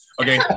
Okay